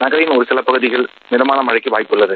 நகரின் ஒருசில பகுதிகளில் மிதமான மழைக்க வாய்ப்புள்ளது